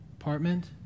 apartment